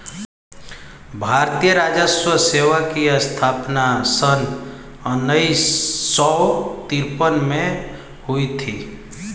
भारतीय राजस्व सेवा की स्थापना सन उन्नीस सौ तिरपन में हुई थी